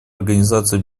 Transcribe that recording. организацию